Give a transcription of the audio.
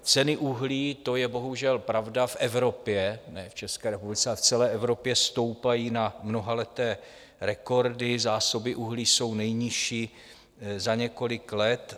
Ceny uhlí to je bohužel pravda, v Evropě, ne v České republice, ale v celé Evropě stoupají na mnohaleté rekordy, zásoby uhlí jsou nejnižší za několik let.